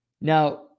Now